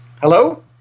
Hello